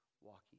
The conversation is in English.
walking